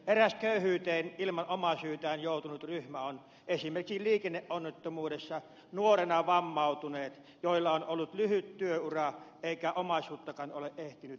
eräs köyhyyteen ilman omaa syytään joutunut ryhmä on esimerkiksi liikenneonnettomuudessa nuorena vammautuneet joilla on ollut lyhyt työura eikä omaisuuttakaan ole ehtinyt vielä kertyä